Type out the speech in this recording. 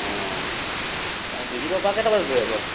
অঁ ডিব্ৰুগড়ৰ পৰা কেইটা বজাত ঘূৰি আহিব